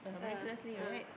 ah ah